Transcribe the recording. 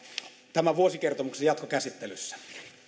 tämän vuosikertomuksen jatkokäsittelyssä